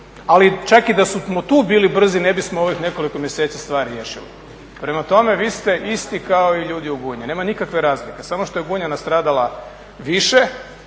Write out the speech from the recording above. ali čak da smo i tu bili brzi ne bismo u ovih nekoliko mjeseci stvar riješili. Prema tome, vi ste isti kao i ljudi u Gunji, nema nikakve razlike samo što je Gunja nastradala više,